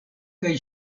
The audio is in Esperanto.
kaj